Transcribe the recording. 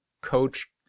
coach